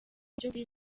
birangiye